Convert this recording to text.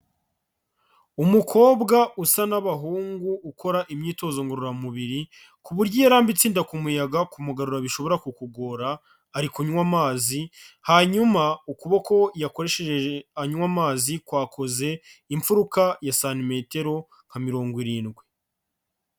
Umukobwa usa n'abahungu, ukora imyitozo ngororamubiri ku buryo iyo arambitse inda ku muyaga, kumugarura bishobora kukugora, ari kunywa amazi, hanyuma ukuboko yakoresheje anywa amazi, kwakoze imfuruka ya santimetero nka mirongo irindwi.